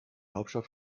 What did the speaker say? hauptstadt